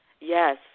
Yes